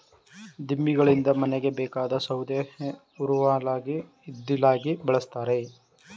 ದಿಮ್ಮಿಗಳಿಂದ ಮನೆಗೆ ಬೇಕಾದ ಸೌದೆ ಉರುವಲಾಗಿ ಇದ್ದಿಲಾಗಿ ಬಳ್ಸತ್ತರೆ